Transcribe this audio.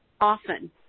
often